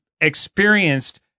experienced